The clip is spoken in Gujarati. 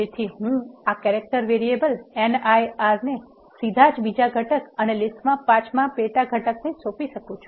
તેથી હું આ કેરેક્ટર વરીએબલ Nir ને સીધા જ બીજા ઘટક અને લીસ્ટના પાંચમા પેટા ઘટકને સોંપી શકું છું